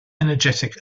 energetic